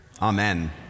Amen